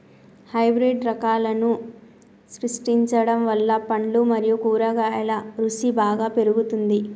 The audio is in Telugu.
హైబ్రిడ్ రకాలను సృష్టించడం వల్ల పండ్లు మరియు కూరగాయల రుసి బాగా పెరుగుతుంది